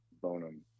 bonum